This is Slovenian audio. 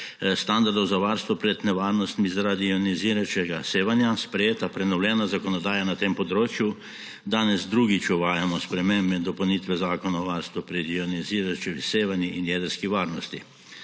standardov za varstvo pred nevarnostmi zaradi ionizirajočega sevanja sprejeta prenovljena zakonodaja na tem področju, danes drugič uvajamo spremembe in dopolnitve zakona o varstvu pred ionizirajočimi sevanji in jedrski varnosti.